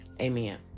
amen